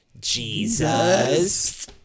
Jesus